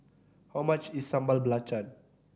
how much is Sambal Belacan